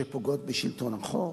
שפוגעות בשלטון החוק,